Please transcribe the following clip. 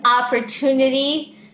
opportunity